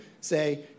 say